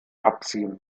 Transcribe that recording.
abziehen